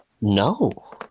No